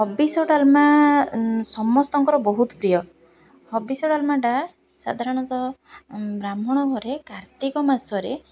ହବିଷ ଡାଲମା ସମସ୍ତଙ୍କର ବହୁତ ପ୍ରିୟ ହବିଷ ଡାଲମାଟା ସାଧାରଣତଃ ବ୍ରାହ୍ମଣ ଘରେ କାର୍ତ୍ତିକ ମାସରେ